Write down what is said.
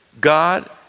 God